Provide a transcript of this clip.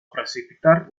precipitar